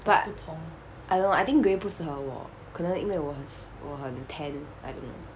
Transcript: but !hannor! I think grey 不适合我可能因为我很我很 tan I don't know